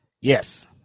Yes